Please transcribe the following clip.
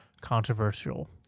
controversial